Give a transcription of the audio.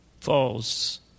falls